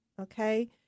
okay